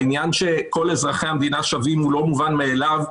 העניין שכל אזרחי המדינה שווים הוא לא מובן מאליו,